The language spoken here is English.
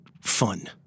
fun